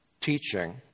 teaching